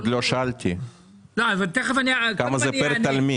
עוד לא שאלתי, כמה זה פר תלמיד.